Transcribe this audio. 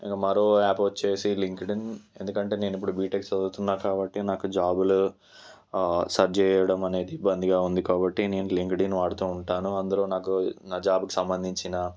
ఇంక మరో యాప్ వచ్చేసి లింక్డ్ఇన్ ఎందుకంటే నేను ఇప్పుడు బిటెక్ చదువుతున్నా కాబట్టి నాకు జాబ్లు సెర్చ్ చేయడం అనేది ఇబ్బందిగా ఉంది కాబట్టి నేను లింక్డ్ఇన్ వాడతా ఉంటాను అందులో నాకు నా జాబ్కు సంబంధించిన